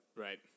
Right